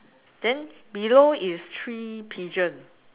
then below is three pigeon